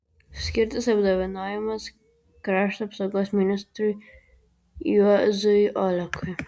skirtas apdovanojimas krašto apsaugos ministrui juozui olekui